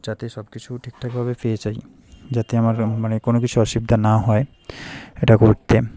যাতে সব কিছু ঠিকঠাকভাবে পেয়ে যাই যাতে আমার মানে কোনো কিছু অসুবিধা না হয় এটা করতে